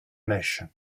mèche